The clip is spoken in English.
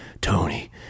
Tony